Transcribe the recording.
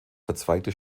verzweigte